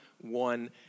one